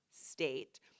state